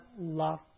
love